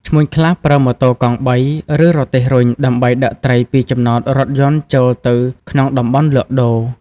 ឈ្មួញខ្លះប្រើ ម៉ូតូកង់បី ឬរទេះរុញដើម្បីដឹកត្រីពីចំណតរថយន្តចូលទៅក្នុងតំបន់លក់ដូរ។